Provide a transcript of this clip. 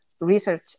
research